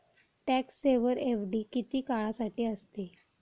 Tax saver FD किती काळासाठी असते?